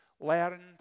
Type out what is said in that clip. learned